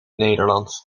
nederlands